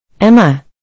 Emma